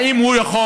האם הוא יכול?